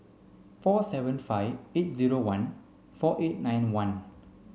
four seven five eight zero one four eight nine one